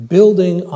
Building